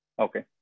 Okay